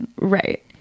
right